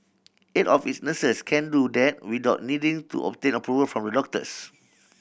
eight of its nurses can do that without needing to obtain approval from the doctors